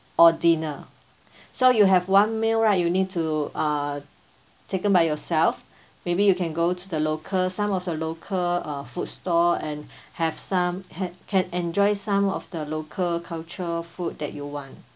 or dinner so you have one meal right you need to uh taken by yourself maybe you can go to the local some of the local uh food store and have some ha~ can enjoy some of the local culture food that you want